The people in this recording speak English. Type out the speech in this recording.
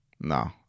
No